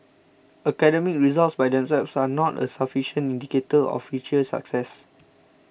academic results by themselves are not a sufficient indicator of future success